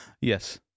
yes